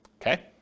Okay